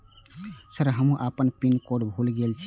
Sir हमू अपना pin code भूल गेल जीये?